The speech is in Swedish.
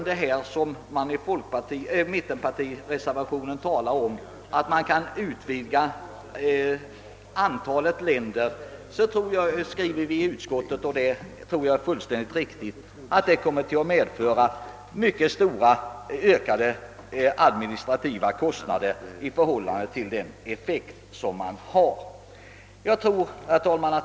Vad beträffar möjligheterna att utvidga antalet länder, som det talas om i mittenpartiernas reservation, skriver vi i utskottet — och det tror jag är fullständigt riktigt — att detta kommer att medföra en mycket stor ökning av de administrativa kostnaderna i förhållande till den effekt man kan uppnå.